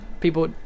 People